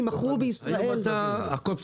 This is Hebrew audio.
היום אתם מגלים